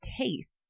case